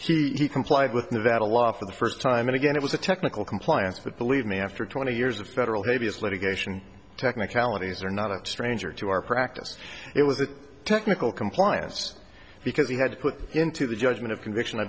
right he complied with nevada law for the first time and again it was a technical compliance but believe me after twenty years of federal maybe this litigation technicalities are not a stranger to our practice it was a technical compliance because he had put into the judgment of conviction i